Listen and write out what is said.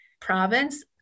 province